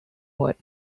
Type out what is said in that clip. worth